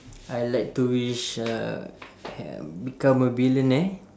I like to wish uh become a billionaire